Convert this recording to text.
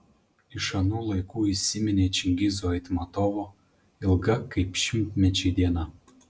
iš anų laikų įsiminė čingizo aitmatovo ilga kaip šimtmečiai diena